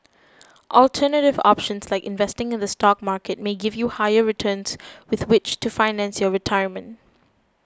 alternative options like investing in the stock market may give you higher returns with which to finance your retirement